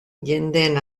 jendeen